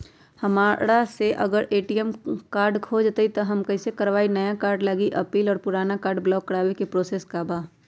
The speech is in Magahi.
हमरा से अगर ए.टी.एम कार्ड खो जतई तब हम कईसे करवाई नया कार्ड लागी अपील और पुराना कार्ड ब्लॉक करावे के प्रोसेस का बा?